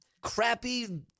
crappy